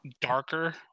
darker